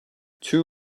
two